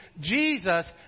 Jesus